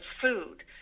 food